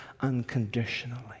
unconditionally